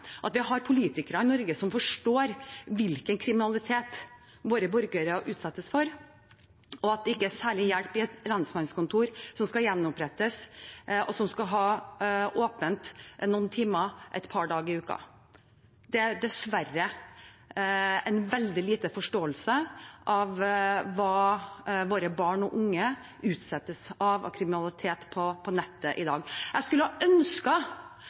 at vi har politikere i Norge som forstår hvilken kriminalitet våre borgere utsettes for, og at det ikke er særlig hjelp i å gjenopprette et lensmannskontor som skal ha åpent noen timer et par dager i uken. Det er dessverre veldig lite forståelse for hva våre barn og unge utsettes for av kriminalitet på nettet i dag. Som mamma skulle